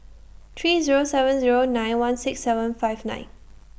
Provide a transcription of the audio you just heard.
three Zero seven Zero nine one six seven five nine